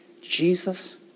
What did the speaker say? Jesus